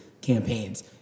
campaigns